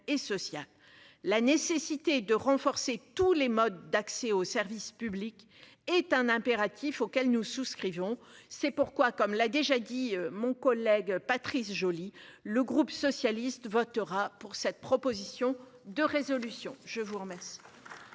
la nécessité de renforcer tous les modes d'accès au service public est un impératif auquel nous souscrivons. C'est pourquoi, comme l'a déjà dit mon collègue Patrice Joly. Le groupe socialiste votera pour cette proposition de résolution, je vous remercie.